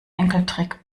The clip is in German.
enkeltrick